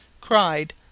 cried